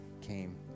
came